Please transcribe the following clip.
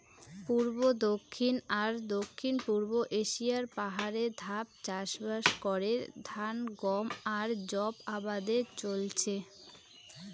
পুব, দক্ষিণ আর দক্ষিণ পুব এশিয়ার পাহাড়ে ধাপ চাষবাস করে ধান, গম আর যব আবাদে চইলচে